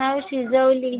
हो शिजवली